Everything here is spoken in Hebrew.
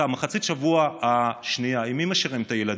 במחצית השבוע השנייה, עם מי משאירים את הילדים?